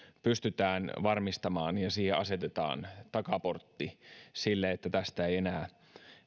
pystytään varmistamaan ja asetetaan takaportti sille että tästä ei enää